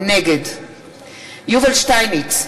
נגד יובל שטייניץ,